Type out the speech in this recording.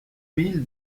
mille